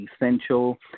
essential